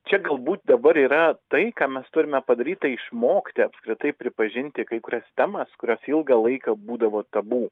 čia galbūt dabar yra tai ką mes turime padaryt tai išmokti apskritai pripažinti kai kurias temas kurios ilgą laiką būdavo tabu